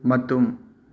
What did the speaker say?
ꯃꯇꯨꯝ